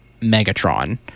Megatron